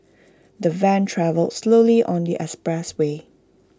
the van travelled slowly on the expressway